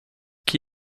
qui